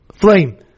flame